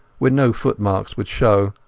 where no footmarks would show.